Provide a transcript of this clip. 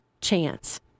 chance